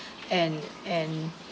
and and